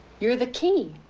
you're the key.